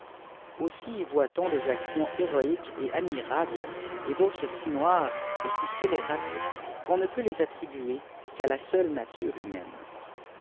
y voit dn des actions héroïques et admirables et d'autres si noires et si scélérates qu'on ne peut ïes âifribuer qu'à la seule nature humaine